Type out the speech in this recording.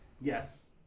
yes